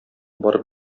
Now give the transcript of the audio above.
барып